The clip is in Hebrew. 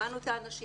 שמענו את האנשים,